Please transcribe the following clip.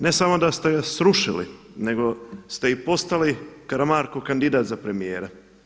Ne samo da ste je srušili, nego ste i postali Karamarkov kandidat za premijera.